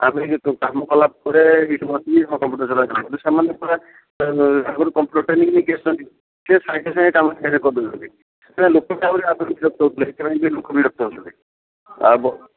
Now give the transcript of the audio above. ଆମେ କାମ କଲା ପରେ ଏଇଠି ବସିକି କମ୍ପ୍ୟୁଟର୍ ଚଲା ଜାଣିଲୁ ସେମାନେ ପୁରା ଆଗରୁ କମ୍ପ୍ୟୁଟର୍ ଟ୍ରେନିଂ ନେଇକି ଆସିଛନ୍ତି ସିଏ ସାଙ୍ଗେ ସାଙ୍ଗେ କାମ ସବୁ କରି ଦେଉଛନ୍ତି